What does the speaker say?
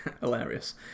hilarious